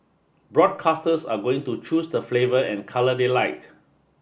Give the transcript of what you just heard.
broadcasters are going to choose the flavour and colour they like